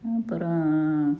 அப்புறோம்